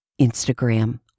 Instagram